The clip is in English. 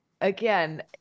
again